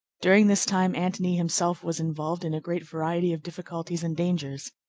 during this time antony himself was involved in a great variety of difficulties and dangers,